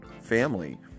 family